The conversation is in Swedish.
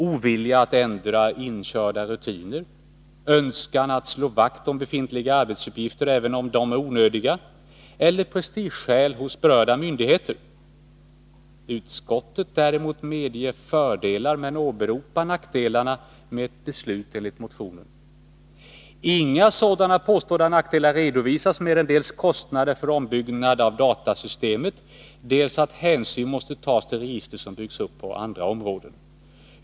Ovilja att ändra inkörda rutiner? Önskan att slå vakt om befintliga arbetsuppgifter, även om de är onödiga? Eller prestigeskäl hos berörda myndigheter? Utskottet däremot medger fördelarna men åberopar nackdelarna med ett beslut enligt förslaget i motionen. Inga sådana påstådda nackdelar redovisas mer än dels kostnader för ombyggnad av datasystemet, dels att hänsyn måste tas till register som byggts upp på andra områden.